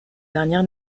dernière